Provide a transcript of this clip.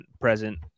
present